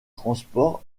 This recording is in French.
transport